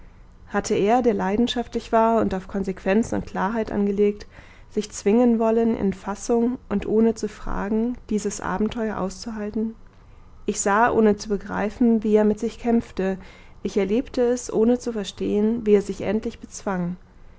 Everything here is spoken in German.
hatte er der leidenschaftlich war und auf konsequenz und klarheit angelegt sich zwingen wollen in fassung und ohne zu fragen dieses abenteuer auszuhalten ich sah ohne zu begreifen wie er mit sich kämpfte ich erlebte es ohne zu verstehen wie er sich endlich bezwang